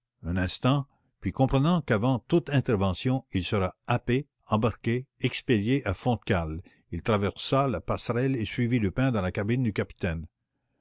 un instant puis comprenant qu'avant toute intervention il serait happé embarqué expédié a fond de cale il traversa la passerelle et suivit lupin dans la cabine du capitaine